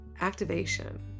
activation